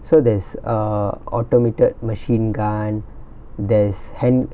so there's uh automated machine gun there's hand